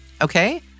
okay